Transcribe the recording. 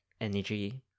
energy